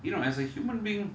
you know as a human being